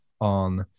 on